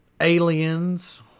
aliens